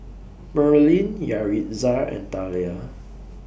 Merlin Yaritza and Thalia